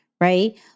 right